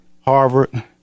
Harvard